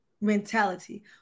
mentality